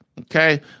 Okay